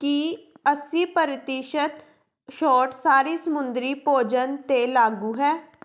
ਕੀ ਅੱਸੀ ਪ੍ਰਤੀਸ਼ਤ ਛੋਟ ਸਾਰੀ ਸਮੁੰਦਰੀ ਭੋਜਨ 'ਤੇ ਲਾਗੂ ਹੈ